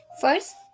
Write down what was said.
First